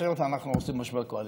אחרת אנחנו עושים משבר קואליציוני,